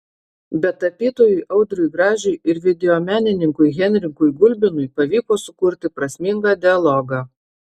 bet tapytojui audriui gražiui ir videomenininkui henrikui gulbinui pavyko sukurti prasmingą dialogą